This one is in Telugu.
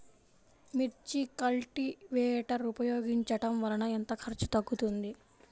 మిర్చి కల్టీవేటర్ ఉపయోగించటం వలన ఎంత ఖర్చు తగ్గుతుంది?